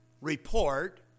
report